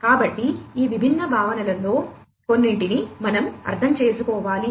కాబట్టి ఈ విభిన్న భావనలలో కొన్నింటిని మనం అర్థం చేసుకోవాలి